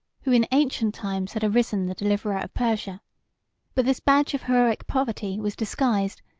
who in ancient times had arisen the deliverer of persia but this badge of heroic poverty was disguised,